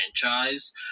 franchise